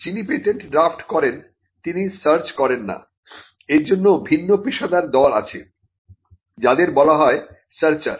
যিনি patent draft করেন তিনি সার্চ করেন না এর জন্য ভিন্ন পেশাদার দল আছে যাদের বলা হয় সার্চার